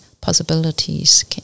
possibilities